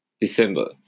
December